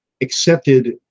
accepted